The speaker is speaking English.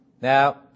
Now